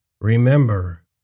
Remember